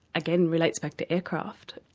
again relates back to aircraft,